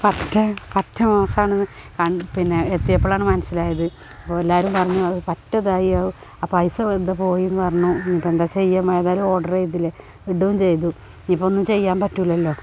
ഇത് പറ്റെ പറ്റ മോശമാണ് പൺ പിന്നെ എത്തിയപ്പോഴാണ് മനസ്സിലായത് അപ്പോൾ എല്ലാവരും പറഞ്ഞു അത് പറ്റെ ഇതായിയൊ ആ പൈസ വെറുതെ പോയി എന്ന് പറഞ്ഞു ഇനി ഇപ്പം എന്താണ് ചെയ്യുക ഏതായാലും ഓർഡർ ചെയ്തില്ലെ ഇടുകയും ചെയ്തു ഇതിപ്പോൾ ഒന്നും ചെയ്യാൻ പറ്റില്ലല്ലോ